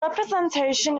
representation